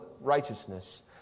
righteousness